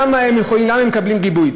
למה הם מקבלים גיבוי?